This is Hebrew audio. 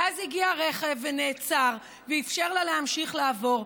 ואז הגיע רכב ונעצר ואפשר לה להמשיך לעבור,